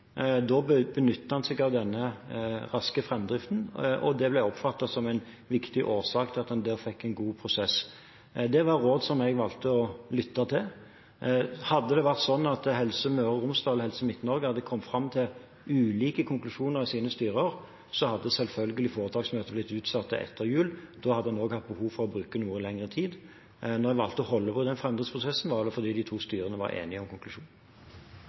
Da benyttet en seg av denne raske framdriften, og det ble oppfattet som en viktig årsak til at en der fikk en god prosess. Det var råd jeg valgte å lytte til. Hadde Helse Møre og Romsdal og Helse Midt-Norge kommet fram til ulike konklusjoner i sine styrer, hadde selvfølgelig foretaksmøtet blitt utsatt til etter jul. Da hadde en også hatt behov for å bruke noe lengre tid. Når en valgte å holde på den framdriftsprosessen, var det fordi de to styrene var enige om konklusjonen.